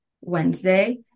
Wednesday